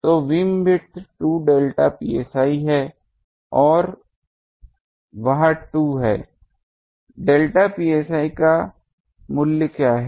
तो बीमविड्थ 2 डेल्टा psi है और वह 2 है डेल्टा psi का मूल्य क्या है